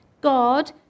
God